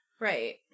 Right